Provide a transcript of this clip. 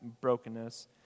brokenness